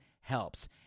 helps